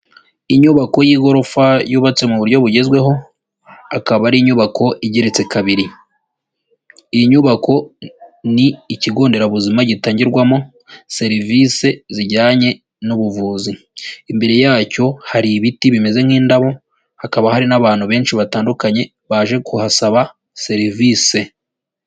Inyubako y'igorofa yubatse mu buryo bugezweho, akaba ari inyubako igeretse kabiri, iyi nyubako ni ikigo nderabuzima gitangirwamo serivisi zijyanye n'ubuvuzi, imbere yacyo hari ibiti bimeze nk'indabo, hakaba hari n'abantu benshi batandukanye, baje kuhasaba serivise.